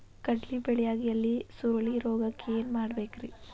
ಕಡ್ಲಿ ಬೆಳಿಯಾಗ ಎಲಿ ಸುರುಳಿರೋಗಕ್ಕ ಏನ್ ಮಾಡಬೇಕ್ರಿ?